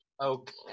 Okay